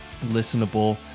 listenable